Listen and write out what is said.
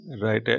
Right